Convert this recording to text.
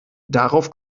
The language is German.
darauf